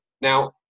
Now